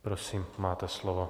Prosím, máte slovo.